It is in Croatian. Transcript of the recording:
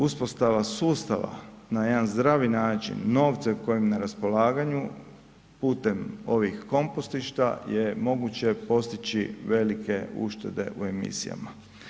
Uspostava sustava na jedna zdravi način, novcem koji je na raspolaganju, putem ovim kompostišta je moguće postići velike uštede u emisijama.